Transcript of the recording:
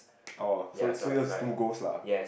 oh so so yours is two goals lah